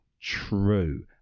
true